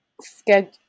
schedule